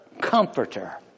comforter